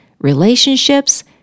relationships